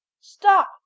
stop